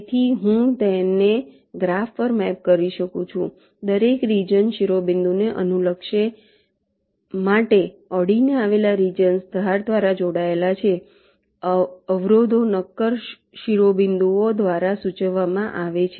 તેથી હું તેને ગ્રાફ પર મેપ કરી શકું છું દરેક રિજન શિરોબિંદુને અનુલક્ષે માટે અડીને આવેલા રિજન્સ ધાર દ્વારા જોડાયેલા છે અવરોધો નક્કર શિરોબિંદુઓ દ્વારા સૂચવવામાં આવે છે